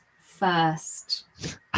first